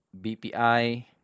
BPI